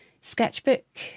sketchbook